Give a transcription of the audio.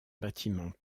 bâtiment